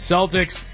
Celtics